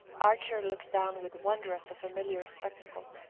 archer looked down with wonder at the familiar spectacle.